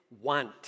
want